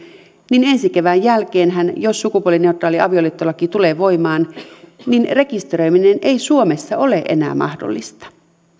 niin ensi kevään jälkeenhän jos sukupuolineutraali avioliittolaki tulee voimaan rekisteröiminen ei suomessa ole enää mahdollista